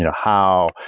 you know how,